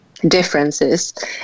differences